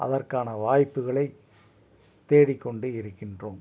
அதற்கான வாய்ப்புகளை தேடி கொண்டு இருக்கின்றோம்